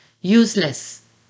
useless